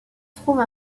trouve